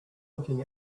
looking